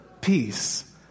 peace